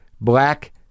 black